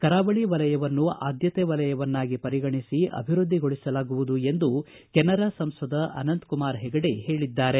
ಕರಾವಳ ವಲಯವನ್ನು ಆದ್ದತೆ ವಲಯವನ್ನಾಗಿ ಪರಿಗಣಿಸಿ ಅಭಿವೃದ್ದಿಗೊಳಿಸಲಾಗುವುದು ಎಂದು ಕೆನರಾ ಸಂಸದ ಅನಂತಕುಮಾರ ಹೆಗಡೆ ಹೇಳಿದ್ದಾರೆ